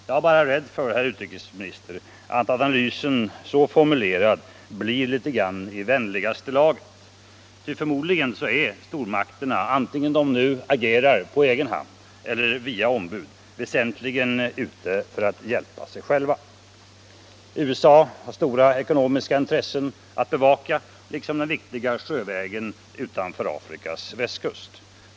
Jag är bara rädd för, herr utrikesminister, att analysen så formulerad blir litet i vänligaste laget. Ty förmodligen är stormakterna, antingen de nu agerar på egen hand eller via ombud, väsentligen ute för att ”hjälpa” sig själva. USA har stora ekonomiska intressen att bevaka liksom den viktiga sjövägen utanför Afrikas västkust.